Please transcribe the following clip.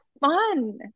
fun